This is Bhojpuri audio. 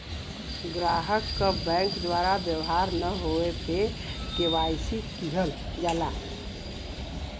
ग्राहक क बैंक द्वारा व्यवहार न होये पे के.वाई.सी किहल जाला